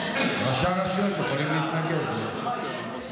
ראשי הרשויות יכולים להתנגד לזה.